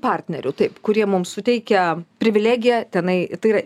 partnerių taip kurie mums suteikia privilegiją tenai tai yra